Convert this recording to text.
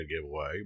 giveaway